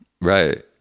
Right